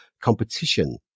competition